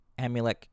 Amulek